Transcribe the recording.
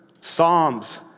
Psalms